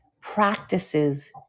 practices